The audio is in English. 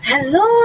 Hello